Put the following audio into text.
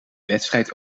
wedstrijd